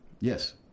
Yes